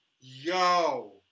Yo